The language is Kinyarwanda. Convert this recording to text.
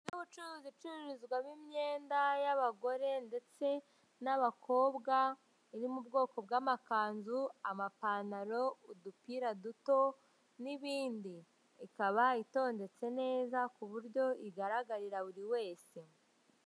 Inzu y'ubucuruzi icuruzwamo imyenda y'abagore ndetse n'abakobwa, iri mu bwoko bw'amakanzu amapantaro udupira duto n'ibindi. Ikaba itondetse neza ku buryo igaragarira buri wese.